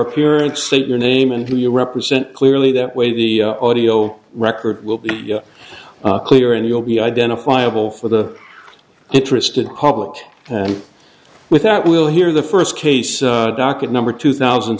appearance state your name and who you represent clearly that way the audio record will be clear and you'll be identifiable for the interested public and with that we'll hear the first case docket number two thousand